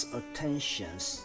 attentions